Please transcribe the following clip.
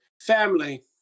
Family